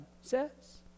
says